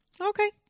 Okay